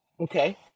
Okay